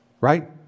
Right